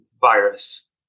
virus